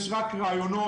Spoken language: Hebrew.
יש רק רעיונות,